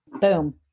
boom